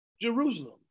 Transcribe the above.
Jerusalem